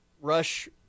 rush